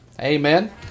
amen